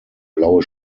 blaue